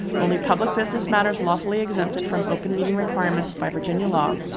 only public business matters, lawfully exempted from open meeting requirements by virginia law,